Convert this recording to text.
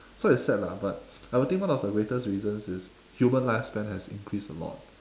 so it's sad lah but I would think one of the greatest reasons is human lifespan has increased a lot